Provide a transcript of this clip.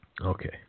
Okay